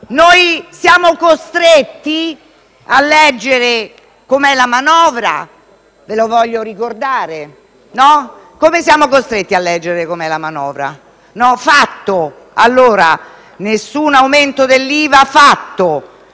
Per questo avete preso